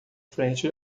frente